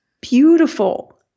beautiful